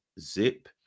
Zip